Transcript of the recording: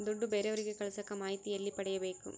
ದುಡ್ಡು ಬೇರೆಯವರಿಗೆ ಕಳಸಾಕ ಮಾಹಿತಿ ಎಲ್ಲಿ ಪಡೆಯಬೇಕು?